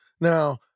Now